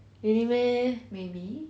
really meh maybe